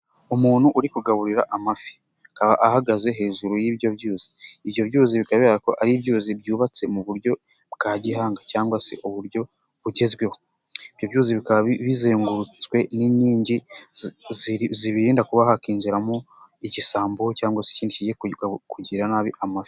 Umuntu uri kugaburira amafi akaba ahagaze hejuru y'ibyo byuzi, ibyo byuzi bikaba bigaragara ko ari ibzi byubatse mu buryo bwa gihanga cyangwa se uburyo bugezweho, ibyo byuzi bikaba bizengurutswe n'inkingi zibirinda kuba hakinjiramo igisambo cyangwa se ikindi kigiye kugirira nabi amafi.